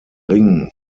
ring